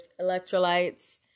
electrolytes